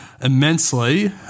immensely